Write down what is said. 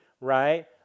right